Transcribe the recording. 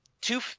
two